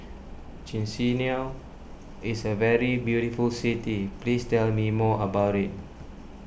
Chisinau is a very beautiful city please tell me more about it